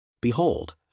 Behold